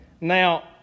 Now